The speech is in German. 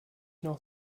noch